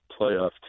playoff